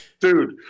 Dude